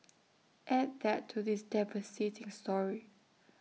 add that to this devastating story